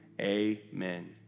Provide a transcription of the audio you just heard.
amen